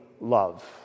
love